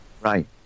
Right